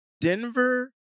Denver